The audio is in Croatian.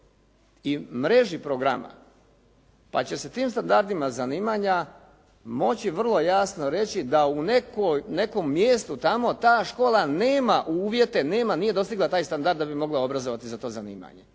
i mreži programa pa će se tim standardima zanimanja moći vrlo jasno reći da u nekom mjestu tamo ta škola nema uvjete, nije dostigla taj standard da bi mogla obrazovati za to zanimanje.